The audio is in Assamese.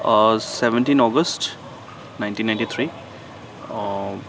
seventeen August nineteen ninety three